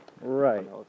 Right